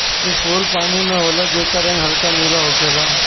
इ फूल पानी में होला जेकर रंग हल्का नीला होखेला